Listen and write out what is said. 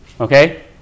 Okay